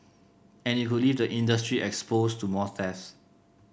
and it could leave the industry exposed to more thefts